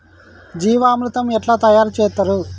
జీవామృతం ఎట్లా తయారు చేత్తరు?